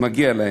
מגיע להם.